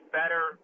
better